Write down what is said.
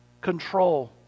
control